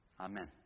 Amen